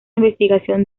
investigación